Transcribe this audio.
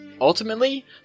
Ultimately